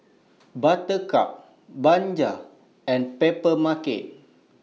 Buttercup Bajaj and Papermarket